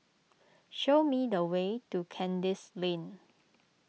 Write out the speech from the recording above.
show me the way to Kandis Lane